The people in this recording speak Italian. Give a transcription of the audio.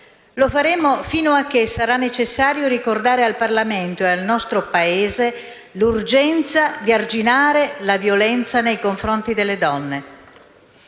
Lo faremo fino a che sarà necessario ricordare al Parlamento e al nostro Paese l'urgenza di arginare la violenza nei confronti delle donne.